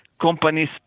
companies